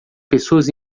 pessoas